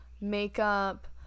makeup